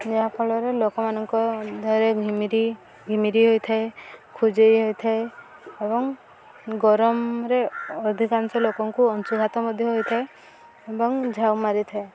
ଯାହାଫଳରେ ଲୋକମାନଙ୍କ ଧିଅରେ ଘିମିରି ଘିମିରି ହୋଇଥାଏ ଖୁଜାଇ ହୋଇଥାଏ ଏବଂ ଗରମରେ ଅଧିକାଂଶ ଲୋକଙ୍କୁ ଅଂଶୁଘାତ ମଧ୍ୟ ହୋଇଥାଏ ଏବଂ ଝାଉ ମାରିଥାଏ